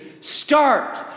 start